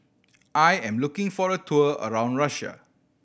I am looking for a tour around Russia